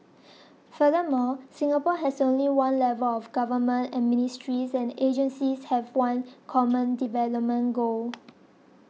furthermore Singapore has only one level of government and ministries and agencies have one common development goal